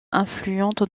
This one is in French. influentes